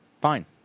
Fine